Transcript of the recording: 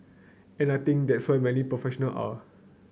and I think that's where many professional are